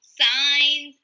signs